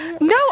No